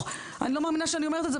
אני לא מאמינה שאני אומרת את זה,